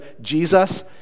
jesus